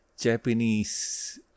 Japanese